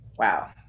Wow